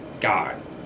god